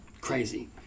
crazy